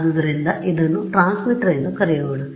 ಆದ್ದರಿಂದ ಇದನ್ನು ಟ್ರಾನ್ಸ್ಮಿಟರ್ ಎಂದು ಕರೆಯೋಣ